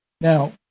Now